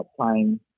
playing